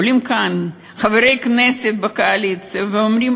עולים כאן חברי כנסת מהקואליציה ואומרים: